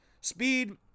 Speed